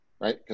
right